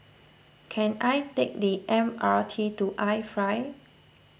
can I take the M R T to iFly